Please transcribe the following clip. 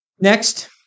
Next